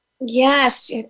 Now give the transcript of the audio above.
Yes